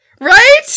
Right